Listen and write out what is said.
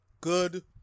good